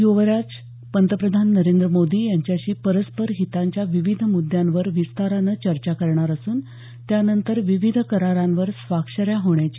युवराज हे पंतप्रधान नरेंद्र मोदी यांच्याशी परस्पर हितांच्या विविध मुद्दांवर विस्तारानं चर्चा करणार असून त्यानंतर विविध करारांवर स्वाक्षऱ्या होण्याची शक्यता आहे